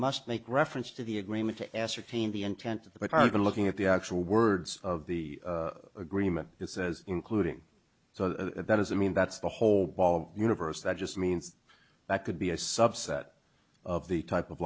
must make reference to the agreement to ascertain the intent of the but i've been looking at the actual words of the agreement it says including so that is i mean that's the whole ball universe that just means that could be a subset of the type of